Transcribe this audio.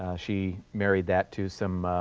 ah she married that to some